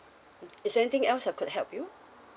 mm is there anything else I could help you